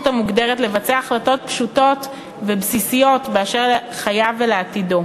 המוגדרת לקבל החלטות פשוטות ובסיסיות באשר לחייו ועתידו.